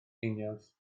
einioes